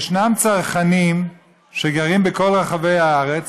יש צרכנים שגרים בכל רחבי הארץ,